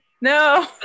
no